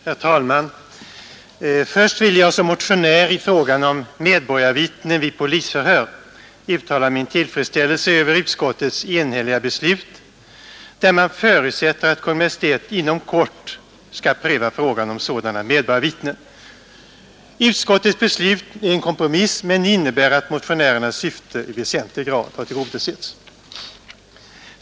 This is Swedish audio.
Herr talman! Först vill jag som motionär i frågan om medborgarvittnen vid polisförhör uttala min tillfredsställelse över utskottets enhälliga beslut, där man förutsätter att Kungl. Maj:t inom kort skall pröva frågan om sådana medborgarvittnen. Utskottets beslut är en kompromiss, men det innebär att motionärernas syfte i väsentlig grad har tillgodosetts.